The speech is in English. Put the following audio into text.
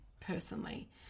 personally